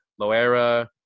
Loera